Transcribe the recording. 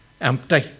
empty